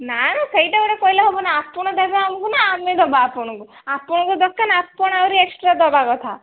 ନା ସେଇଟା ଗୋଟେ କହିଲେ ହେବନା ଆପଣ ଦେବେ ଆମକୁ ନା ଆମେ ଦେବୁ ଆପଣଙ୍କୁ ଆପଣଙ୍କ ଦୋକାନ ଆପଣ ଆହୁରି ଏକ୍ସଟ୍ରା ଦେବା କଥା